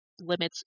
limits